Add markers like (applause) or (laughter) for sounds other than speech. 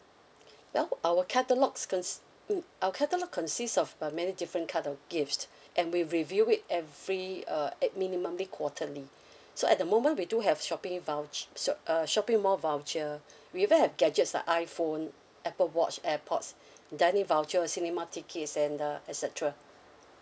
well our catalogue cons~ mm our catalogue consists of uh many different kind of gifts and we review it every uh at minimumly quarterly (breath) so at the moment we do have shopping vouch~ sho~ uh shopping mall voucher we even have gadgets like iphone apple watch airpods dining voucher cinema tickets and uh et cetera